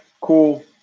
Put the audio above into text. cool